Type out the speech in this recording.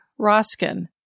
Roskin